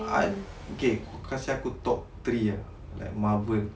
I okay kau kasi aku top three ah like marvel